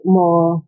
more